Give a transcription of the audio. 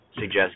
suggest